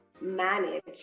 manage